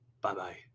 Bye-bye